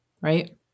right